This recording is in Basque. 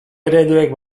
ereduek